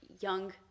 young